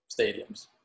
stadiums